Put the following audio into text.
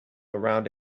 around